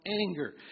anger